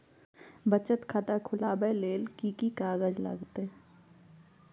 बचत खाता खुलैबै ले कि की कागज लागतै?